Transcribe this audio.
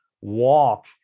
walk